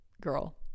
girl